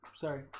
sorry